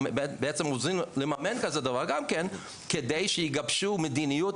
הם בעצם עוזרים לממן כזה דבר כדי שיגבשו מדיניות,